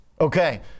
Okay